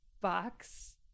box